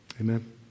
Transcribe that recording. Amen